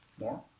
More